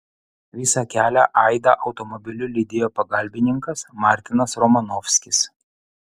visą kelią aidą automobiliu lydėjo pagalbininkas martinas romanovskis